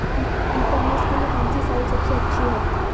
ई commerce के लिए कौनसी साइट सबसे अच्छी है?